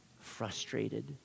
frustrated